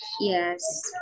Yes